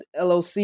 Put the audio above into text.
LOC